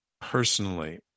personally